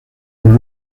con